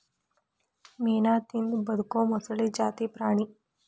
ಮೇನಾ ತಿಂದ ಬದಕು ಮೊಸಳಿ ಜಾತಿ ಪ್ರಾಣಿ